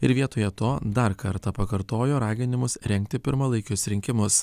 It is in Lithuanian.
ir vietoje to dar kartą pakartojo raginimus rengti pirmalaikius rinkimus